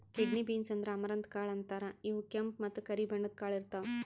kidney beans ಅಂದ್ರ amaranth ಕಾಳ್ ಅಂತಾರ್ ಇವ್ ಕೆಂಪ್ ಮತ್ತ್ ಕರಿ ಬಣ್ಣದ್ ಕಾಳ್ ಇರ್ತವ್